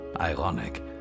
Ironic